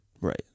Right